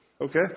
Okay